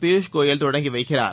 பியூஷ் கோயல் தொடங்கி வைக்கிறார்